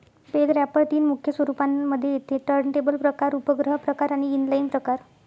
bell wrapper तीन मुख्य स्वरूपांना मध्ये येते टर्नटेबल प्रकार, उपग्रह प्रकार आणि इनलाईन प्रकार